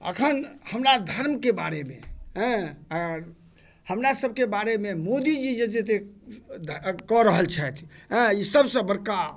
अखन हमरा धर्मके बारेमे एँ आर हमरा सभके बारेमे मोदीजी जतेक कऽ रहल छथि एँ ई सभ से बड़का